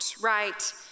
right